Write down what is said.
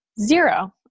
zero